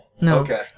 No